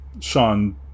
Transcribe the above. Sean